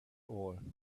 all